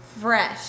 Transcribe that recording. fresh